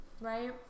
Right